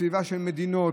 בסביבה של מדינות,